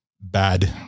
bad